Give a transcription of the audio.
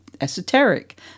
esoteric